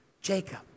Jacob